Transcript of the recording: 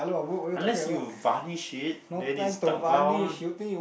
unless you varnish it then is dark brown